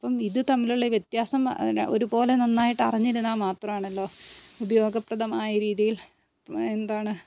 അപ്പം ഇത് തമ്മിലുള്ള വ്യത്യാസം ഒരുപോലെ നന്നായിട്ട് അറിഞ്ഞിരുന്നാൽ മാത്രമാണല്ലോ ഉപയോഗപ്രദമായ രീതിയിൽ എന്താണ്